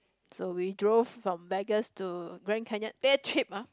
so we drove from Vegas to Grand Canyon day trip ah